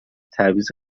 تعویض